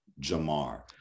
Jamar